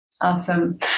Awesome